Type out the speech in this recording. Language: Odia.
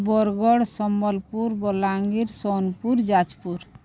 ବରଗଡ଼ ସମ୍ବଲପୁର ବଲାଙ୍ଗୀର ସୋନପୁର ଯାଜପୁର